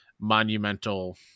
monumental